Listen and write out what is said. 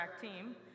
team